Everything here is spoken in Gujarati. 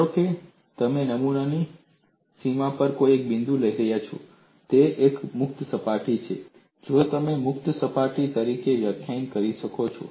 ધારો કે તમે નમૂનાની સીમા પર એક બિંદુ લઈ રહ્યા છો અને તે એક મુક્ત સપાટી છે તો તમે પ્લેનને મુક્ત તરીકે વ્યાખ્યાયિત કરી શકશો